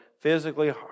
physically